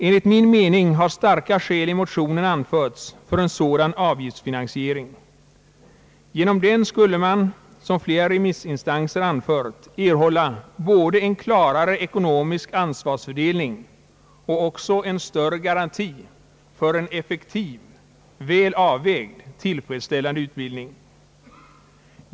Enligt min mening har starka skäl i motionen anförts för en sådan avgiftsfinansiering. Genom den skulle man, som flera remissinstanser anfört, erhålla både en klarare ekonomisk ansvarsfördelning och en större garanti för en effektiv, väl avvägd, tillfredsställande utbildning.